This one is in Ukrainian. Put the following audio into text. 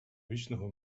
вічного